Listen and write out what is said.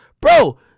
Bro